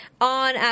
on